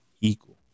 equal